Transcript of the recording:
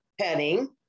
Petting